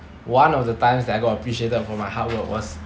one of the times that I got appreciated for my hard work was